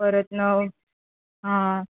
परत नंव् हां